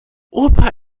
opa